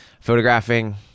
photographing